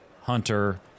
hunter